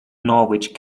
norwich